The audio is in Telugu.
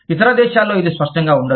ఇతర దేశాలలో ఇది స్పష్టంగా ఉండదు